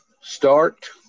start